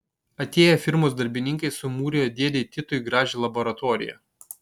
atėję firmos darbininkai sumūrijo dėdei titui gražią laboratoriją